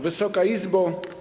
Wysoka Izbo!